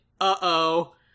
uh-oh